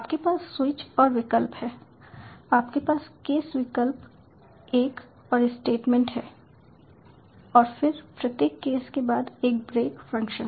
आपके पास स्विच और विकल्प हैं आपके पास केस विकल्प 1 और स्टेटमेंट है और फिर प्रत्येक केस के बाद एक ब्रेक फ़ंक्शन